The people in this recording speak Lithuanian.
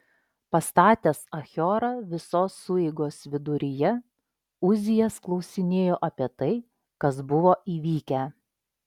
pastatęs achiorą visos sueigos viduryje uzijas klausinėjo apie tai kas buvo įvykę